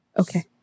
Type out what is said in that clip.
okay